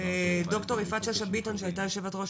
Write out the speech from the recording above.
ד"ר יפעת שאשא-ביטון שהייתה יושבת ראש